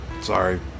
sorry